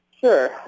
Sure